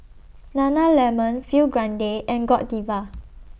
Nana Lemon Film Grade and Godiva